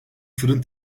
fırın